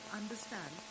understand